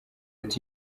ati